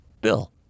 Bill